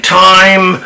time